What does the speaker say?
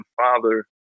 father